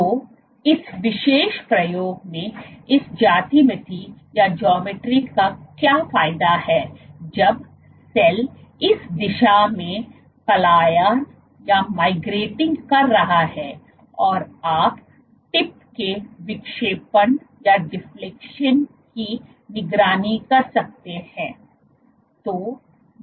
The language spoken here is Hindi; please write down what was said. तो इस विशेष प्रयोग में इस ज्यामिति का क्या फायदा है जब सेल इस दिशा में पलायन कर रहा है आप टिप के विक्षेपण की निगरानी कर सकते हैं